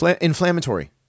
inflammatory